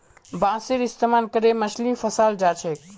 बांसेर इस्तमाल करे मछली फंसाल जा छेक